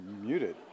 muted